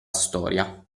storia